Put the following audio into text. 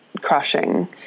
crushing